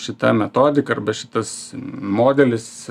šita metodika arba šitas modelis